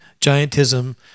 giantism